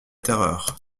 terreur